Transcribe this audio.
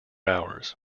hours